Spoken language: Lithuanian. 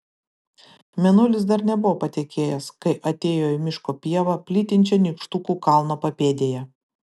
mėnulis dar nebuvo patekėjęs kai atėjo į miško pievą plytinčią nykštukų kalno papėdėje